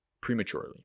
prematurely